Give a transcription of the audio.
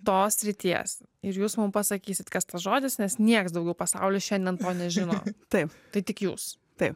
tos srities ir jūs mum pasakysit kas tas žodis nes niekas daugiau pasauly šiandien to nežino taip tai tik jūs taip